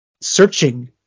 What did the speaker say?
searching